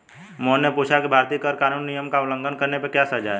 मोहन ने पूछा कि भारतीय कर कानून नियम का उल्लंघन करने पर क्या सजा है?